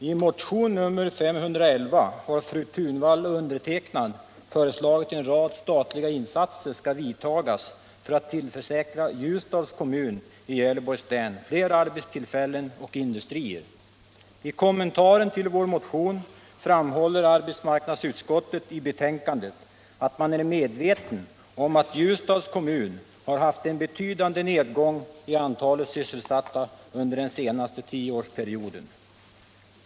I kommentaren till vår motion framhåller arbetsmarknadsutskottet i betänkandet att man är medveten om att Ljusdals kommun har haft en betydande nedgång i antalet sysselsatta under den senaste tioårsperioden.